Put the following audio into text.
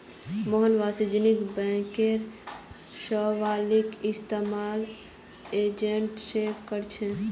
मोहन वाणिज्यिक बैंकिंग सेवालाक इस्तेमाल इंटरनेट से करछे